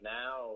now